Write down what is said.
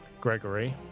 gregory